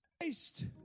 Christ